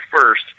first